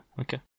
okay